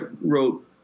wrote